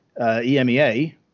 emea